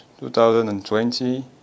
2020